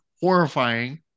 horrifying